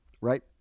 Right